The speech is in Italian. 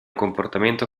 comportamento